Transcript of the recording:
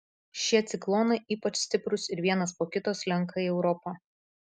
šie ciklonai ypač stiprūs ir vienas po kito slenka į europą